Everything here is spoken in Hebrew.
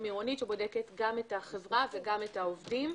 עירונית שבודקת גם את החברה וגם את העובדים,